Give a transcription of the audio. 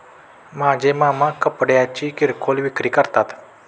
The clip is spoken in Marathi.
माझे मामा कपड्यांची किरकोळ विक्री करतात